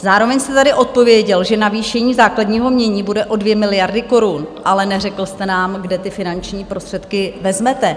Zároveň jste tady odpověděl, že navýšení základního jmění bude o 2 miliardy korun, ale neřekl jste nám, kde ty finanční prostředky vezmete.